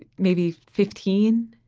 maybe fifteen